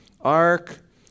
ark